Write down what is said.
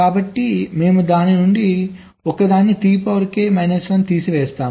కాబట్టి మేము దాని నుండి ఒకదాన్ని తీసివేస్తాము